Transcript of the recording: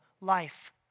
life